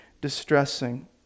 distressing